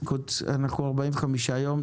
אם כן, 45 ימים.